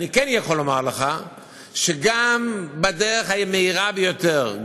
אני כן יכול לומר לך שגם בדרך המהירה ביותר,